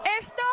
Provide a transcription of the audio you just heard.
Esto